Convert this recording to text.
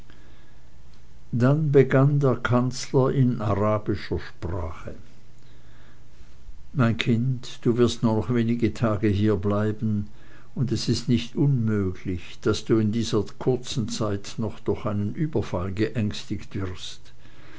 dann begann der kanzler in arabischer sprache mein kind du wirst nur noch wenige tage hierbleiben und es ist nicht unmöglich daß du in dieser kurzen zeit noch durch einen überfall geängstigt wirst